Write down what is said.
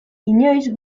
inoiz